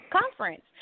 Conference